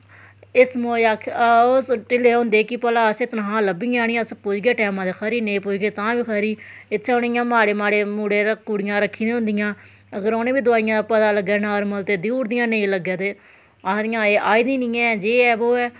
इस मोज ओह् ढिल्ले होंदे कि असें भला तनखाह् लब्भी जानी पुजगे टैमां दे खरी नेईं पुजगे तां बी खरी इत्थें उनैं माड़े माड़े मुड़े ते कुड़ियां रक्खी दियां होंदियां अगर उनैं बी दवाईयें दा पता लग्गै नार्मल ते देई ओड़दियां नेईं लग्गै ते आखदियां एह् आई दी निं ऐ जे ऐ बो ऐ